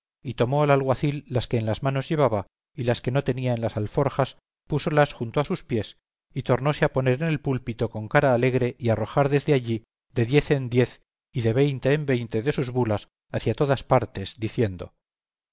y tomó al alguacil las que en las manos llevaba y las que no tenía en las alforjas púsolas junto a sus pies y tornóse a poner en el púlpito con cara alegre y arrojar desde allí de diez en diez y de veinte en veinte de sus bulas hacia todas partes diciendo